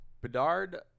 Bedard